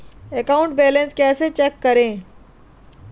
Account balance कैसे check करें?